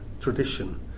tradition